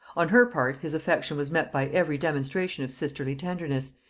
on her part his affection was met by every demonstration of sisterly tenderness,